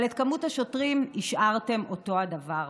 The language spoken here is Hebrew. אבל את מספר השוטרים השארתם אותו הדבר.